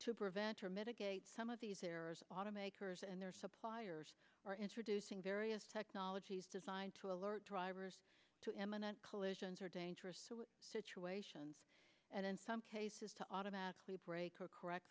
to prevent or mitigate some of these errors auto makers and their suppliers are introducing various technologies designed to alert drivers to imminent collisions or dangerous situations and in some cases to automatically brake or correct